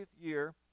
year